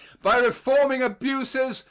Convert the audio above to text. by reforming abuses,